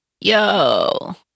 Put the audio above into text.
Yo